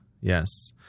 yes